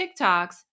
TikToks